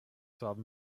haben